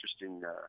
interesting